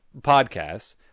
podcasts